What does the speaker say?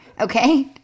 Okay